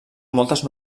moltes